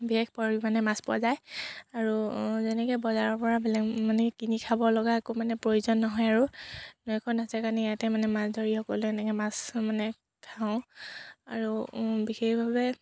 বিশেষ পৰিমাণে মাছ পোৱা যায় আৰু যেনেকৈ বজাৰৰপৰা বেলেগ মানে কিনি খাব লগা একো মানে প্ৰয়োজন নহয় আৰু নৈখন আছে কাৰণে ইয়াতে মানে মাছ ধৰি সকলোৱে এনেকৈ মাছ মানে খাওঁ আৰু বিশেষভাৱে